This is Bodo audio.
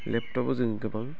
लेपटपाव जों गोबां